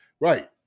Right